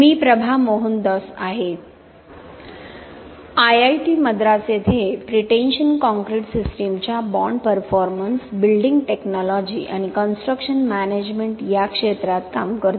मी प्रभा मोहनदॉस आहे IIT मद्रास येथे pretension concrete सिस्टीमच्या बाँड परफॉर्मन्स बिल्डिंग टेक्नॉलॉजी आणि कन्स्ट्रक्शन मॅनेजमेंट या क्षेत्रात काम करते